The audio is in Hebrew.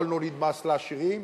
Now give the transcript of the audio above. אבל נוליד מס לעשירים,